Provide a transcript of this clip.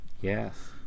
Yes